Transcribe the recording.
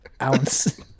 ounce